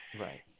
Right